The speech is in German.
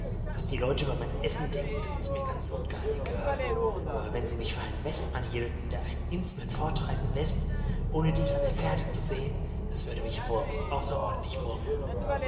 was die leute über mein essen denken das ist mir ganz und gar egal aber wenn sie mich für einen westmann hielten der einen indsman fortreiten läßt ohne dies an der fährte zu sehen das würde mich wurmen außerordentlich wurmen